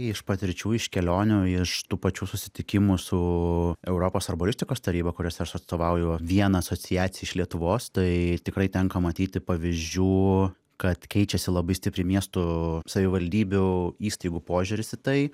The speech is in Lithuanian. iš patirčių iš kelionių iš tų pačių susitikimų su europos arboristikos taryba kuriuose aš atstovauju vieną asociaciją iš lietuvos tai tikrai tenka matyti pavyzdžių kad keičiasi labai stipriai miestų savivaldybių įstaigų požiūris į tai